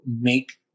make